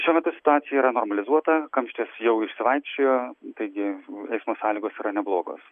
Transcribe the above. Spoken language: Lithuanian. šiuo metu situacija yra normalizuota kamštis jau išsivaikščiojo taigi eismo sąlygos yra neblogos